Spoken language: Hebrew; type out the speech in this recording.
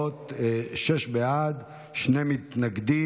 תוצאות: שישה בעד, שני מתנגדים.